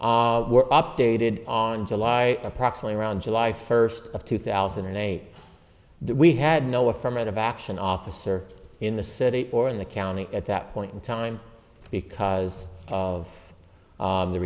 codes were updated on july approximately around july first of two thousand and eight that we had no affirmative action officer in the city or in the county at that point in time because of